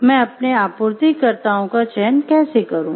मैं अपने आपूर्तिकर्ताओं का चयन कैसे करूं